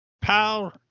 pal